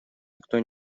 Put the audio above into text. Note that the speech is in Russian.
никто